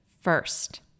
first